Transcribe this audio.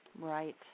Right